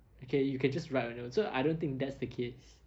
okay you can just ride on your own so I don't think that's the case